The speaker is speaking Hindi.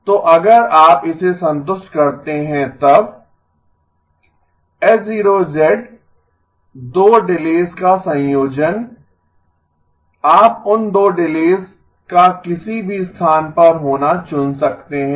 तो अगर आप इसे संतुष्ट करते हैं तब H 0 2 डिलेस का संयोजन आप उन दो डिलेस का किसी भी स्थान पर होना चुन सकते हैं